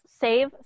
Save